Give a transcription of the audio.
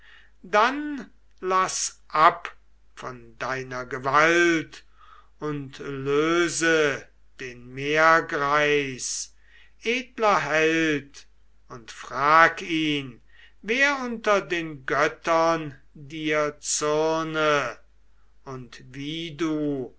dann laß ab von deiner gewalt und löse den meergreis edler held und frag ihn wer unter den göttern dir zürne und wie du